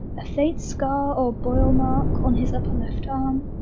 a faint scar or boil mark on his upper left arm,